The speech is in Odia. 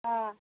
ହଁ